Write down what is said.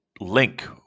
Link